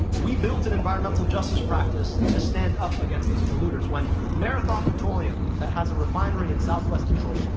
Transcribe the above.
we built an environmental justice practice to stand up against these polluters when marathon petroleum, that has a refinery in southwest detroit,